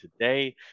today